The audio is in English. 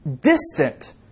distant